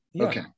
Okay